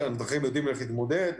יודעים איך להתמודד,